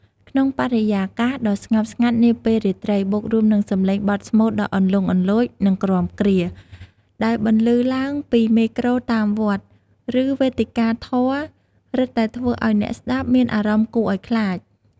ក្នុងបរិយាកាសដ៏ស្ងប់ស្ងាត់នាពេលរាត្រី បូករួមនឹងសំឡេងបទស្មូតដ៏លន្លង់លន្លោច និងគ្រាំគ្រា ដែលបន្លឺឡើងពីមេក្រូ តាមវត្ត ឬវេទិកាធម៌រឹតតែធ្វើឲ្យអ្នកស្តាប់មានអារម្មណ៍គួរអោយខ្លាច។